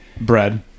Bread